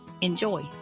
enjoy